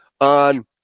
on